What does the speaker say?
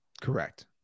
Correct